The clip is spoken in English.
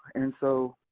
and so